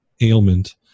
ailment